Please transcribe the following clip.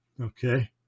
Okay